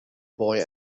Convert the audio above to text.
boy